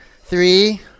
Three